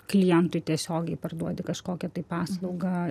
klientui tiesiogiai parduodi kažkokią tai paslaugą